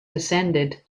descended